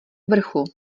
vrchu